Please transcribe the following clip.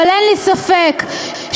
אבל אין לי ספק שהשברים,